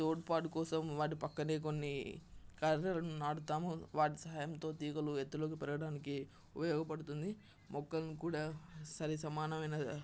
తోడ్పాటు కోసం వాటి పక్కనే కొన్ని కర్రలని నాటుతాము వాటి సహాయంతో తీగలు ఎత్తులోకి పెరగడానికి ఉపయోగపడుతుంది మొక్కల్ని కూడా సరిసమానమైన